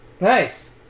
Nice